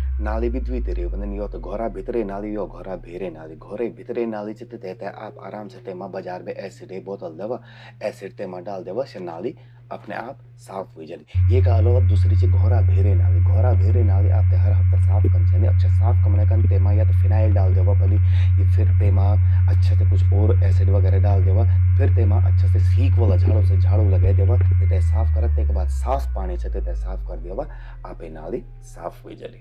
नाली भि द्वी तिरे व्हंदिन। यो त घौरा भितरे नाली, यो घौरा भेरे नाली। घौरा भितरे नाली चि त तेते आप आराम से तेमा बजार बे एसिडे ब्वोतल ल्यावा, एसिड तेमा डाल द्यवा, स्या नाली अपने आप साफ व्हे जलि। ये का अलावा दुसरि चि घौरा भेरे नाली। घौरा भेरे नाली आपते हर हफ्ता साफ कन चेंदि। अब स्या साफ कमण्ये कन? तेमा य त फिनाइल डाल द्यवा पलि, फिर तेमा फिर अच्छा से कुछ ओर एसिड वगैरह डाल द्यवा। फिर तेमा अच्छा से सीख वला झाड़ू से झाड़ू लगे द्यवा। तेते साफ करा तेका बाद साफ पाणि से तेते साफ कर द्यवा। आपे नाली साफ व्हे जलि।